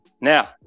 Now